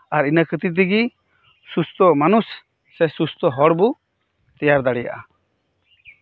ᱟᱨ ᱤᱱᱟᱹ ᱠᱷᱟᱹᱛᱤᱨ ᱛᱮᱜᱮ ᱥᱩᱥᱛᱷᱚ ᱢᱟᱱᱩᱥ ᱥᱮ ᱥᱩᱥᱛᱷᱚ ᱦᱚᱲ ᱵᱚ ᱛᱮᱭᱟᱨ ᱫᱟᱲᱮᱹᱭᱟᱜᱼᱟ